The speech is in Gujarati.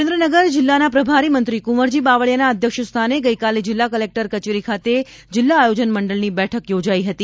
સુરેન્દ્રનગર જિલ્લાના પ્રભારી મંત્રી કુંવરજી બાવળીયાના અધ્યક્ષસ્થાને ગઇકાલે જિલ્લા કલેક્ટર કચેરી ખાતે જિલ્લા આયોજન મંડળની બેઠક યોજાઈ હતી